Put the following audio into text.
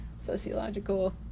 sociological